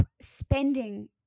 spending